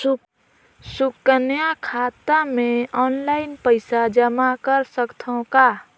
सुकन्या खाता मे ऑनलाइन पईसा जमा कर सकथव का?